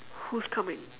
who's coming